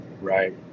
right